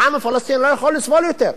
העם הפלסטיני לא יכול לסבול יותר.